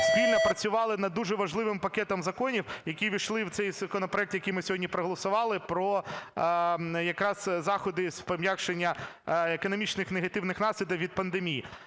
спільно працювали над дуже важливим пакетом законів, які увійшли в цей законопроект, який ми сьогодні проголосували, про якраз заходи з пом'якшення економічних негативних наслідків від пандемії.